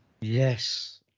yes